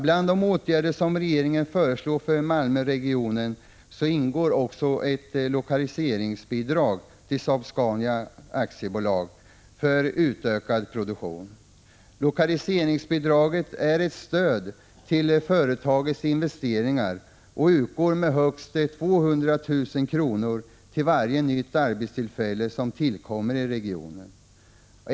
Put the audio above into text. Bland de åtgärder som regeringen föreslår för Malmöregionen ingår också lokaliseringsbidrag till Saab-Scania AB för utökad produktion. Lokaliseringsbidraget är ett stöd till företagets investeringar och utgår med högst 200 000 kr. till varje arbetstillfälle som tillkommer i regionen.